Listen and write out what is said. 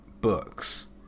books